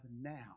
now